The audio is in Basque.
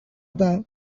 eta